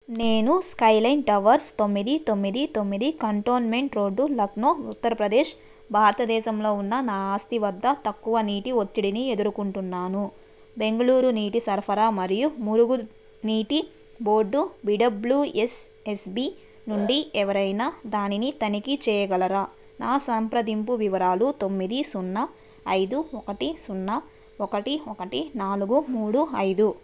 నేను Skyline Towers తొమ్మిది తొమ్మిది తొమ్మిది కంటోన్మెంటు రోడ్డు లక్నో ఉత్తరప్రదేశ్ భారతదేశంలో ఉన్న నా ఆస్తి వద్ద తక్కువ నీటి ఒత్తిడిని ఎదుర్కొంటున్నాను బెంగళూరు నీటి సరఫరా మరియు మురుగు నీటి board B W S S B నుండి ఎవరైనా దానిని తనిఖీ చేయగలరా నా సంప్రదింపు వివరాలు తొమ్మిది సున్నా ఐదు ఒకటి సున్నా ఒకటి ఒకటి నాలుగు మూడు ఐదు